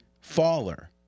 faller